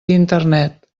internet